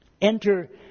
Enter